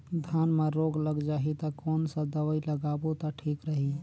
धान म रोग लग जाही ता कोन सा दवाई लगाबो ता ठीक रही?